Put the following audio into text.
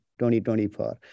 2024